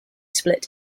split